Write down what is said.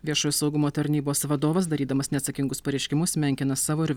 viešojo saugumo tarnybos vadovas darydamas neatsakingus pareiškimus menkina savo ir